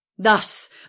thus